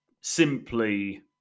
simply